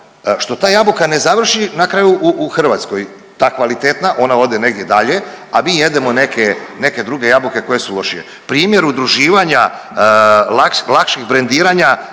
što ta jabuka ne završi na kraju u, u Hrvatskoj, ta kvalitetna ona ode negdje dalje, a mi jedemo neke, neke druge jabuke koje su lošije. Primjer udruživanja i lakših brendiranja